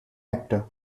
actor